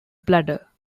bladder